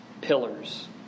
pillars